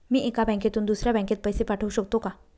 मी एका बँकेतून दुसऱ्या बँकेत पैसे पाठवू शकतो का?